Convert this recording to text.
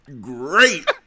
great